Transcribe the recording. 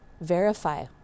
verify